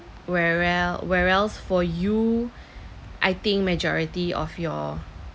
where else where else for you I think majority of your